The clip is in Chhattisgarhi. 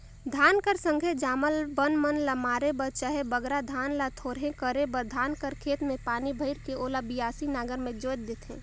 धान कर संघे जामल बन मन ल मारे बर चहे बगरा धान ल थोरहे करे बर धान कर खेत मे पानी भइर के ओला बियासी नांगर मे जोएत देथे